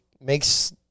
makes